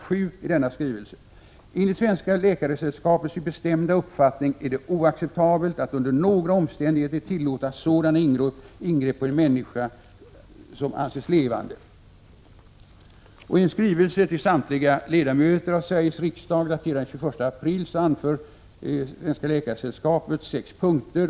7 i denna skrivelse: ”Enligt Svenska Läkaresällskapets bestämda uppfattning är det oacceptabelt att under några omständigheter tillåta sådana ingrepp på en människa som anses levande.” I en skrivelse till samtliga ledamöter av Sveriges riksdag, daterad den 21 april, anför Svenska läkaresällskapet sex punkter.